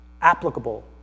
applicable